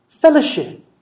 Fellowship